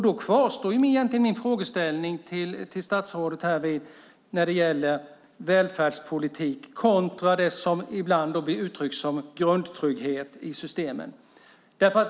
Då kvarstår min fråga till statsrådet när det gäller välfärdspolitik kontra det som ibland uttrycks som grundtrygghet i systemen.